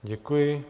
Děkuji.